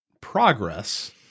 progress